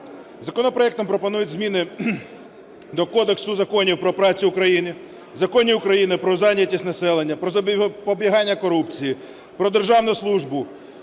Законопроектом пропонуються зміни до Кодексу законів про працю України, законів України "Про зайнятість населення", "Про запобігання корупції", "Про державну службу",